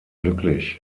glücklich